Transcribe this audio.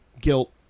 guilt